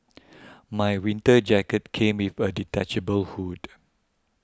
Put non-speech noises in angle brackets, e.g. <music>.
<noise> my winter jacket came with a detachable hood